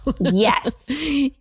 Yes